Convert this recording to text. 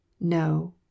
No